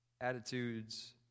attitudes